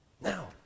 Now